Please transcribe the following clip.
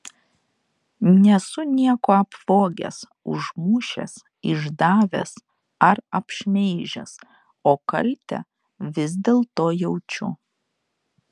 nesu nieko apvogęs užmušęs išdavęs ar apšmeižęs o kaltę vis dėlto jaučiu